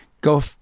Go